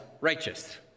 Righteous